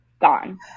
gone